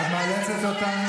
רציתם את הכול,